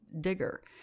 digger